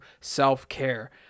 self-care